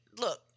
Look